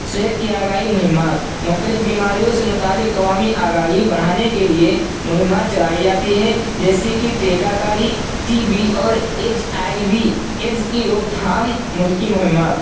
صحت کی آگاہی مہمات مختلف بیماریوں سے متعلق عوامی آگاہی بڑھانے کے لیے مہمات چلائی جاتی ہیں جیسے کہ ٹیکہ کاری ٹی بی اور ایچ آئی وی ایڈز کی روک تھام کی مہمات